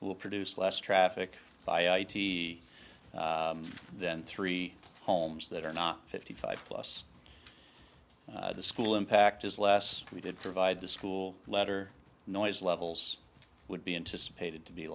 will produce less traffic by the then three homes that are not fifty five plus the school impact is less we did provide the school letter noise levels would be into spaded to be